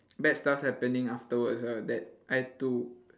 bad stuff happening afterwards ah that I'd to